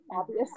obvious